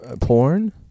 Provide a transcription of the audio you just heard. Porn